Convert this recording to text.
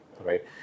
right